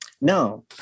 No